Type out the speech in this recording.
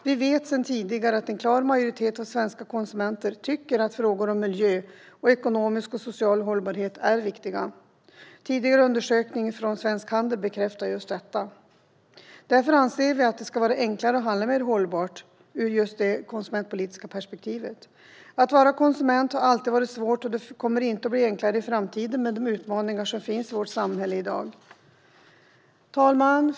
Vi vet sedan tidigare att en klar majoritet av svenska konsumenter tycker att frågor om miljö och ekonomisk och social hållbarhet är viktiga. Tidigare undersökningar från Svensk Handel bekräftar detta. Därför anser vi att det ska vara enklare att handla mer hållbart ur det konsumentpolitiska perspektivet. Att vara konsument har alltid varit svårt, och det kommer inte att bli enklare i framtiden med de utmaningar som finns i vårt samhälle. Herr talman!